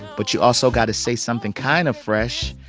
but you've also got to say something kind of fresh,